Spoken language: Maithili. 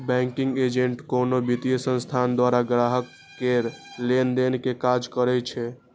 बैंकिंग एजेंट कोनो वित्तीय संस्थान द्वारा ग्राहक केर लेनदेन के काज करै छै